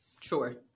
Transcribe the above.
Sure